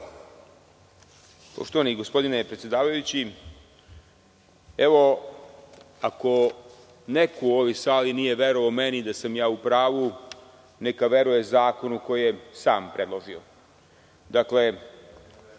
Poštovani gospodine predsedavajući. Ako neko u ovoj sali nije verovao meni da sam ja u pravu, neka veruje zakonu koji je sam predložio. Dakle,